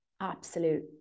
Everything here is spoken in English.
absolute